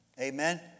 Amen